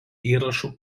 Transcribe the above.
įrašų